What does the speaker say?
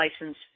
license